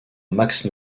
max